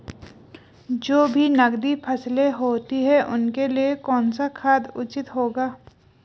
जो भी नकदी फसलें होती हैं उनके लिए कौन सा खाद उचित होगा?